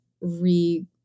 re